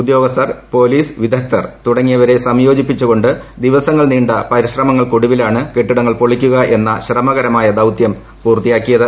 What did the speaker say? ഉദ്യോഗസ്ഥർ പോലീസ് വിദഗ്ദ്ധർ തുടങ്ങിയവരെ സംയോജിപ്പിച്ചുകൊണ്ട് ദിവസങ്ങൾ നീണ്ടപരിശ്രമങ്ങൾക്കൊടുവിലാണ് കെട്ടിടങ്ങൾ പൊളിക്കുക എന്ന ശ്രമകരമായ ദൌത്യംപൂർത്തിയാക്കിയത്